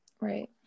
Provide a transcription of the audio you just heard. Right